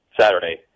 Saturday